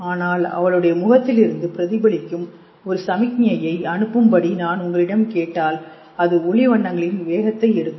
ஆனால் அவளுடைய முகத்திலிருந்து பிரதிபலிக்கும் ஒரு சமிக்ஞையை அனுப்பும் படி நான் உங்களிடம் கேட்டால் அது ஒளி எண்ணங்களின் வேகத்தை எடுக்கும்